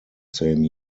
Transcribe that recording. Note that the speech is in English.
same